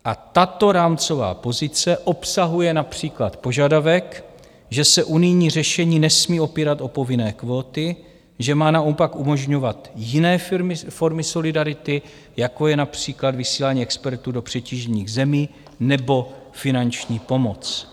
A tato rámcová pozice obsahuje například požadavek, že se unijní řešení nesmí opírat o povinné kvóty, že má naopak umožňovat jiné formy solidarity, jako je například vysílání expertů do přetížených zemí nebo finanční pomoc.